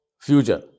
future